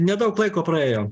nedaug laiko praėjo